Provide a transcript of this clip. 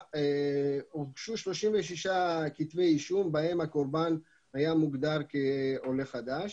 הוגשו 36 כתבי אישום בהם הקורבן היה מוגדר כעולה חדש,